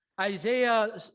Isaiah